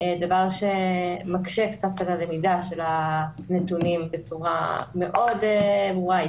דבר שמקשה קצת על הלמידה של הנתונים בצורה מאוד ברורה.